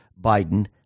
biden